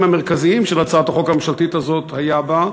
המרכזיים של הצעת החוק הממשלתית הזאת היה בה.